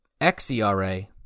XERA